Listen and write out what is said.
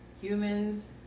humans